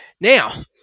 Now